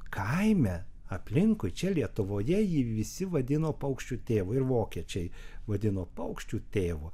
kaime aplinkui čia lietuvoje jį visi vadino paukščių tėvu ir vokiečiai vadino paukščių tėvu